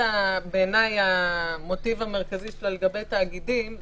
"מוחל טובות" אני לא צריך את זה.